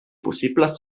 possibles